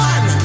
One